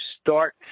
start